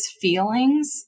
feelings